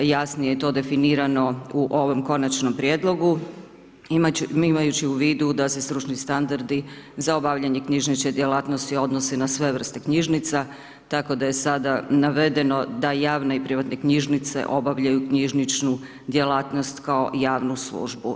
Jasnije je to definirano u ovom Konačnom prijedlogu imajući u vidu da se stručni standardi za obavljanje knjižnične djelatnosti odnosi na sve vrste knjižnica, tako da je sada navedeno da javne i privatne knjižnice obavljaju knjižničnu djelatnost kao javnu službu.